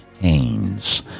haynes